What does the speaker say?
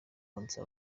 konsa